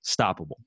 stoppable